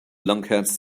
lunkheads